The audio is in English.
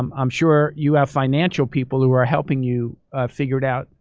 um i'm sure you have financial people who are helping you figure it out.